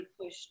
push